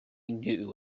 knew